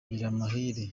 biramahire